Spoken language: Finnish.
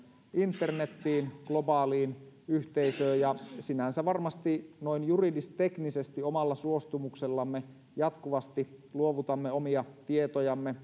internetiin globaaliin yhteisöön ja sinänsä varmasti noin juridisteknisesti omalla suostumuksellamme jatkuvasti luovutamme omia tietojamme